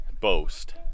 boast